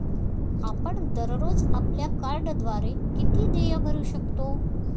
आपण दररोज आपल्या कार्डद्वारे किती देय भरू शकता?